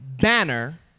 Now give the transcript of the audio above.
banner